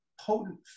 potent